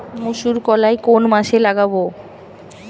মুসুরকলাই কোন মাসে লাগাব?